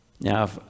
Now